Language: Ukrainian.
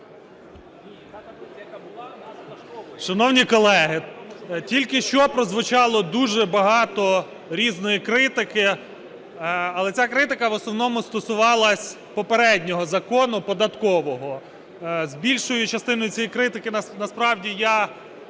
Шановні колеги, тільки що прозвучало дуже багато різної критики. Але ця критика в основному стосувалась попереднього закону податкового. З більшою частиною цієї критики, насправді, я